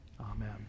amen